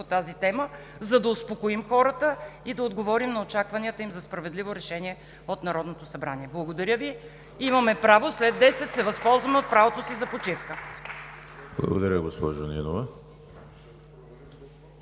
тази тема, за да успокоим хората и да отговорим на очакванията им за справедливо решение от Народното събрание. Имаме право след 10,00 ч. да се възползваме от правото си за почивка. Благодаря Ви.